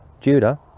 Judah